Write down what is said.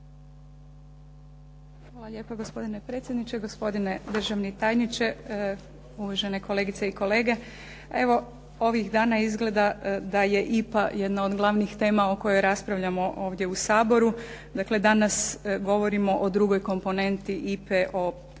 Hvala lijepa gospodine predsjedniče. Gospodine državni tajniče, uvažene kolegice i kolege. Evo ovih dana izgleda da je IPA jedna od glavnih tema o kojoj raspravljamo ovdje u Saboru. Dakle, danas govorimo o drugoj komponenti IPA-e o